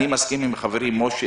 אני מסכים עם חברי משה